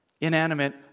Inanimate